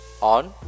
on